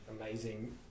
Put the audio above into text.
amazing